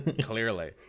Clearly